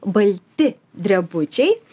balti drebučiai